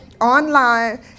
online